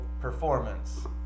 Performance